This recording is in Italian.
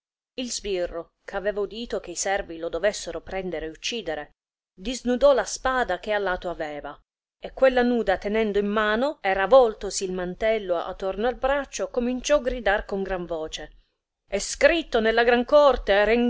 il sbirro eh aveva udito che i servi lo dovessero prendere e uccidere disnudò la spada che a lato aveva e quella nuda tenendo in mano e ravoltosi il mantello atorno il braccio cominciò gridar con gran voce e scritto nella gran corte